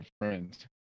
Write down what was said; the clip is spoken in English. friends